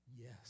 yes